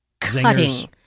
cutting